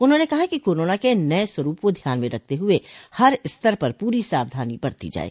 उन्होंने कहा कि कोरोना के नये स्वरूप को ध्यान में रखते हुए हर स्तर पर पूरी सावधानी बरती जाये